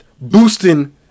boosting